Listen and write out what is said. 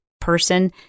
person